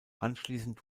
anschließend